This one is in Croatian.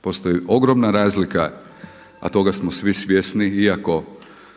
Postoji ogromna razlika, a toga smo svi svjesni, iako kada